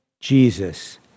Jesus